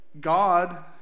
God